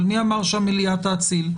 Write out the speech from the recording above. אבל מי אמר שהמליאה תאציל?